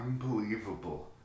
unbelievable